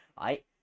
right